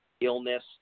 illness